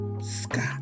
Scott